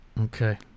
Okay